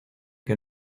que